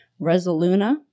Resoluna